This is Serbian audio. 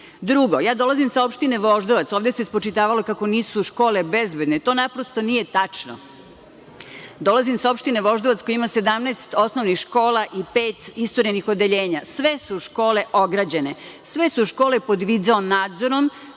Srbiji. Drugo, dolazim sa opštine Voždovac, ovde se spočitavalo kako nisu škole bezbedne. To naprosto nije tačno. Dolazim sa opštine Voždovac koja ima 17 osnovnih škola i pet isturenih odeljenja. Sve su škole ograđene, sve su škole pod video nadzorom,